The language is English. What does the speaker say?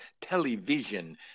television